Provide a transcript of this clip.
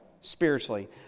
spiritually